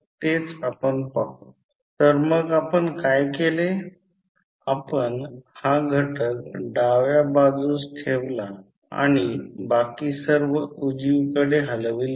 तर जर आता हे खरं आहे की डॉट आणि इतर गोष्टींचा उल्लेख केलेला नाही